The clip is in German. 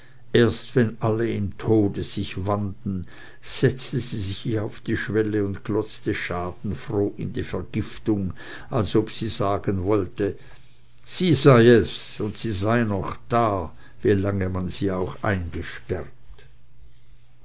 erst wenn alle im tode sich wanden setzte sie sich auf die schwelle und glotzte schadenfroh in die vergiftung als ob sie sagen wollte sie sei es und sei doch wieder da wie lange man sie auch eingesperrt